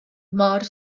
mor